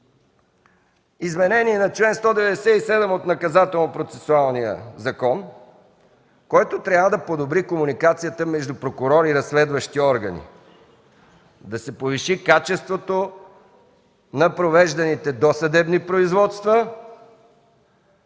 изменение на чл. 197 от Наказателно процесуалния закон, който трябва да подобри комуникацията между прокурор и разследващи органи, да се повиши качеството на провежданите досъдебни производства,